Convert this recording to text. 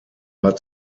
war